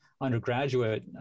undergraduate